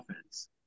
offense